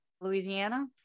Louisiana